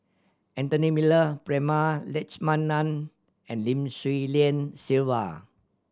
Anthony Miller Prema Letchumanan and Lim Swee Lian Sylvia